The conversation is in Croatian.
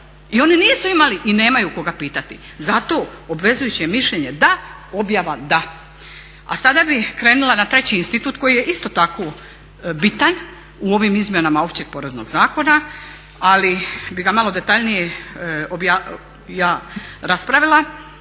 i oni nisu imali i nemaju koga pitati. Zato obvezujuće mišljenje da, objava da. A sada bih krenula na treći institut koji je isto tako bitan u ovim izmjenama Općeg poreznog zakona ali bih ga malo detaljnije ja raspravila